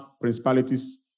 principalities